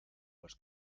los